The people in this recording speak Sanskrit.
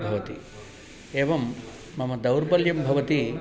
भवति एवं मम दौर्बल्यं भवति